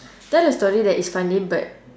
tell a story that is funny but